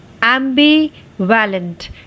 ambivalent